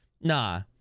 nah